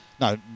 No